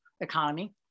economy